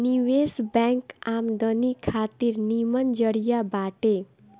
निवेश बैंक आमदनी खातिर निमन जरिया बाटे